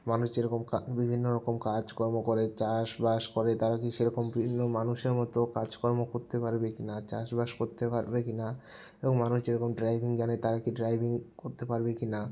মানুষ যেরকম কা বিভিন্নরকম কাজকর্ম করে চাষবাস করে তারা কি সেরকম বিভিন্ন মানুষের মতো কাজকর্ম করতে পারবে কিনা চাষবাস করতে পারবে কিনা এবং মানুষ যেরকম ড্রাইভিং জানে তারা কি ড্রাইভিং করতে পারবে কিনা